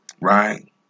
right